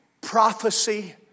prophecy